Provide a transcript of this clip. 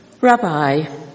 Rabbi